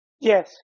Yes